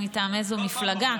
ומטעם איזו מפלגה?